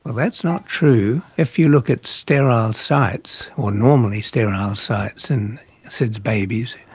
that's not true. if you look at sterile sites or normally sterile sites in sids babies,